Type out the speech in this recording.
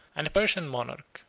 and the persian monarch,